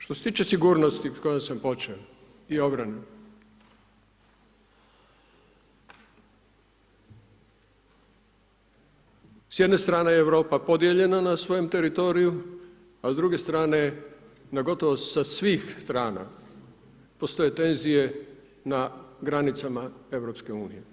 Što se tiče sigurnosti o kojoj sam počeo i obrani, s jedne strane Europa je podijeljena na svojem teritoriju a s druge strane na gotovo sa svih strana postoje tenzije na granicama EU.